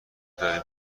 داری